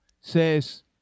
says